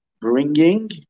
bringing